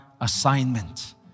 assignment